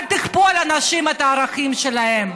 אל תכפו על אנשים את הערכים שלהם.